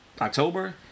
October